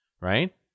right